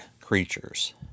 creatures